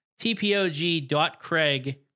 tpog.craig